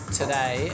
today